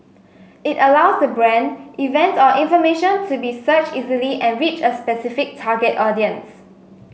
it allows the brand event or information to be searched easily and reach a specific target audience